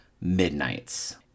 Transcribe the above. Midnights